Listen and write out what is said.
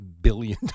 billion